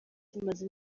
kimaze